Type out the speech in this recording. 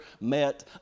met